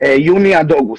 יוני עד אוגוסט.